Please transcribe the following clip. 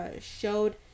showed